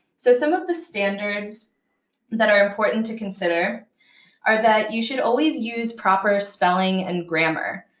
so some of the standards that are important to consider are that you should always use proper spelling and grammar.